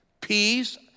peace